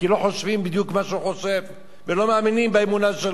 כי לא חושבים בדיוק מה שהוא חושב ולא מאמינים באמונה שלו.